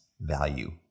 value